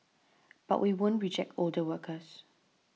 but we won't reject older workers